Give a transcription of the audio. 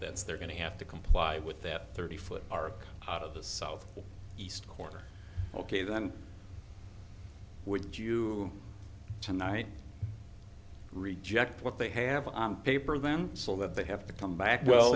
that's they're going to have to comply with that thirty foot arc out of the south east corner ok then would you tonight reject what they have paper them so that they have to come back well